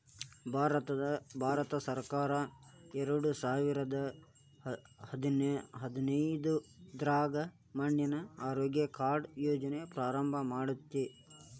ಭಾರತಸರ್ಕಾರ ಎರಡಸಾವಿರದ ಹದಿನೈದ್ರಾಗ ಮಣ್ಣಿನ ಆರೋಗ್ಯ ಕಾರ್ಡ್ ಯೋಜನೆ ಪ್ರಾರಂಭ ಮಾಡೇತಿ